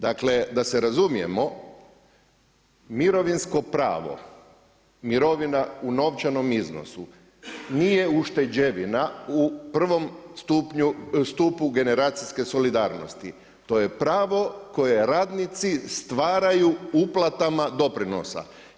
Dakle da se razumijemo, mirovinsko pravo, mirovina u novčanom iznosu, nije ušteđevina u prvom stupu generacijske solidarnosti, to je pravo koje radnici stvaraju uplatama doprinosa.